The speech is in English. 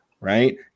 right